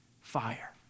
fire